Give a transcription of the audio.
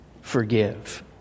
forgive